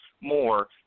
more